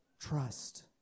trust